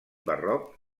barroc